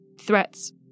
threats